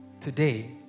Today